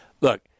look